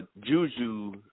Juju